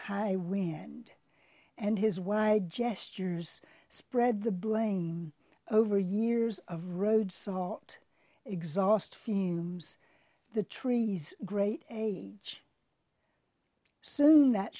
high wind and his wide gestures spread the brain over years of road salt exhaust fiends the trees great age soon that